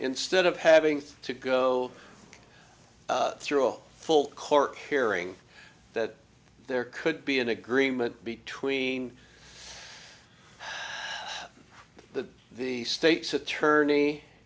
instead of having to go through a full court hearing that there could be an agreement between the the state's attorney